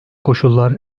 koşullar